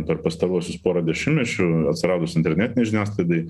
per pastaruosius porą dešimtmečių atsiradus internetinei žiniasklaidai